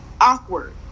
awkward